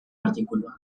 artikulua